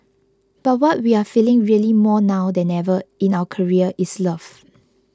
but what we are feeling really more now than ever in our career is love